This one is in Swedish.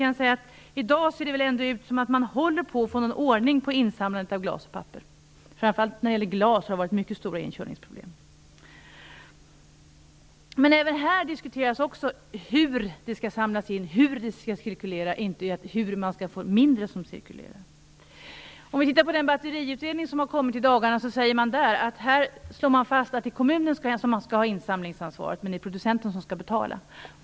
I dag ser det väl ändå ut som om man håller på att få ordning på insamlandet av glas och papper. Framför allt när det gäller glas har det varit mycket stora inkörningsproblem. Men även här diskuteras hur det skall samlas in och hur det skall cirkulera, inte hur det skall bli mindre som cirkulerar. Batteriutredningen har presenterats i dagarna. Där slås det fast att kommunen skall ha insamlingsansvaret och att producenten skall betala.